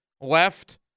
left